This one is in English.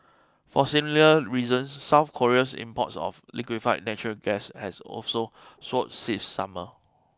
for similar reasons South Korea's imports of liquefied natural gas have also soared since summer